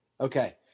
Okay